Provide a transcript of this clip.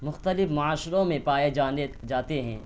مختلف معاشروں میں پائے جانے جاتے ہیں